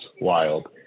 wild